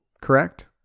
correct